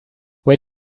wait